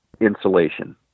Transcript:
insulation